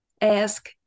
ask